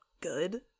good